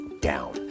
down